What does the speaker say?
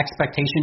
expectation